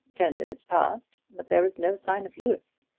ten minutes passed, but there was no sign of louis.